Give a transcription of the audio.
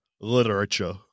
literature